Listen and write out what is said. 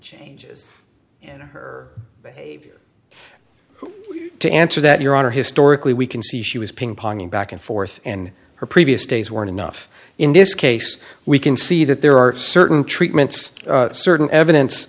changes in her behavior to answer that your honor historically we can see she was ping pong back and forth in her previous days weren't enough in this case we can see that there are certain treatments certain evidence